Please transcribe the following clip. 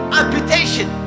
amputation